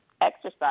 exercise